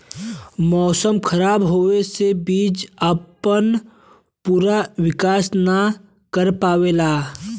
मौसम खराब होवे से बीज आपन पूरा विकास न कर पावेला